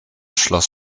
schloss